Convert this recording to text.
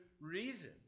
reason